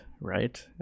right